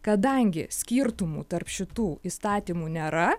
kadangi skirtumų tarp šitų įstatymų nėra